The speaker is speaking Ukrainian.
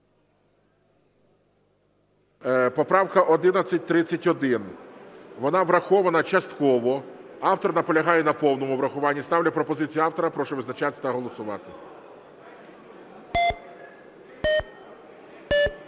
Поправка 1131. Вона врахована частково. Автор наполягає на повному врахуванні. Ставлю пропозицію автора. Прошу визначатися та голосувати.